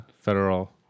federal